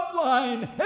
Bloodline